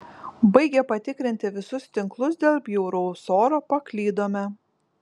baigę patikrinti visus tinklus dėl bjauraus oro paklydome